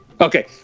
Okay